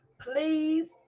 Please